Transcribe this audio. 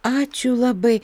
ačiū labai